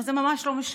אבל זה ממש לא משנה,